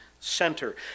center